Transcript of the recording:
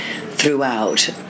throughout